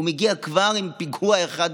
הוא מגיע כבר עם "פיגוע" אחד,